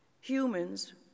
humans